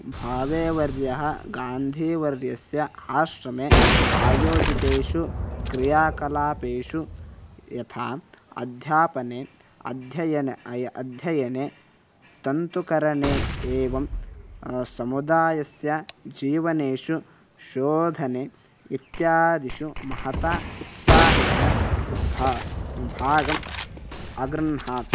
भावेवर्यः गान्धीवर्यस्य आश्रमे आयोजितेषु क्रियाकलापेषु यथा अध्यापने अध्ययने अयम् अध्ययने तन्तुकरणे एवं समुदायस्य जीवनेषु शोधने इत्यादिषु महता उत्साहेण भा भागम् अगृह्णात्